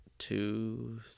two